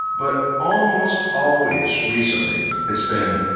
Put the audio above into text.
but almost always recently it's been,